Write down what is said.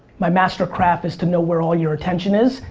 my master craft is to know where all your attention is,